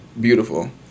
beautiful